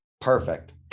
Perfect